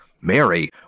Mary